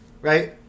right